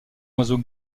oiseau